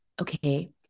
okay